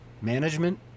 management